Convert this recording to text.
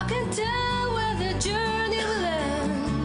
זה היה הדבר שהייתי נוגע בו.